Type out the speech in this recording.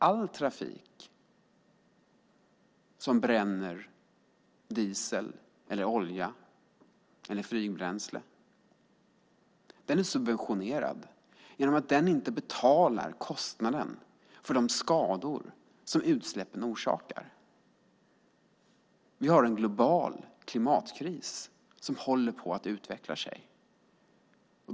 All trafik som bränner diesel, olja eller flygbränsle är subventionerad genom att den inte betalar kostnaderna för de skador som utsläppen orsakar. En global klimatkris håller på att utveckla sig.